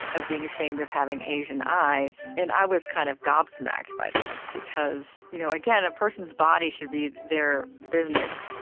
of being ashamed of having asian eyes. and i was kind of gobsmacked by this because, you know, again a person's body should be their business.